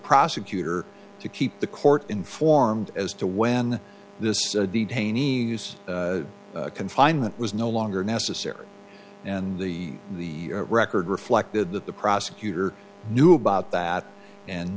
prosecutor to keep the court informed as to when this detainee use confinement was no longer necessary and the the record reflected that the prosecutor knew about that and